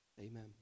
Amen